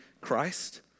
Christ